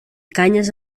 canyes